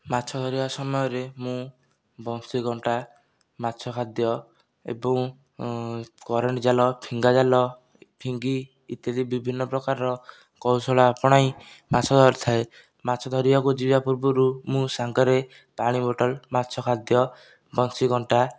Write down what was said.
ମାଛ ଧରିବା ସମୟରେ ମୁଁ ବନ୍ସି କଣ୍ଟା ମାଛଖାଦ୍ୟ ଏବଂ କରେଣ୍ଟଜାଲ ଫିଙ୍ଗାଜାଲ ଫିଙ୍ଗି ଇତ୍ୟାଦି ବିଭିନ୍ନ ପ୍ରକାରର କୌଶଳ ଆପଣାଇ ମାଛ ଧରିଥାଏ ମାଛ ଧରିବାକୁ ଯିବା ପୂର୍ବରୁ ମୁଁ ସାଙ୍ଗରେ ପାଣିବୋତଲ ମାଛ ଖାଦ୍ୟ ବନ୍ସି କଣ୍ଟା